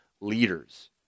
leaders